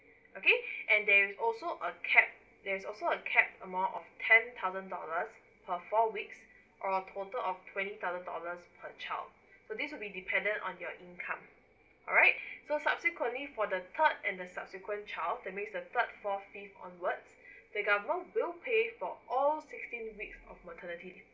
okay and there is also a cap there is also a cap amount of ten thousand dollars for four weeks or total of twenty thousand dollars per child so this will be dependent on your income alright so subsequently for the third and the subsequent child that means the third fourth fifth onwards the government will pay for all sixteen weeks of maternity leaves